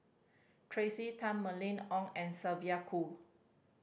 Tracey Tan Mylene Ong and Sylvia Kho